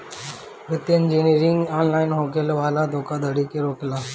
वित्तीय engineering online होखे वाला धोखाधड़ी के रोकेला